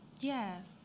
Yes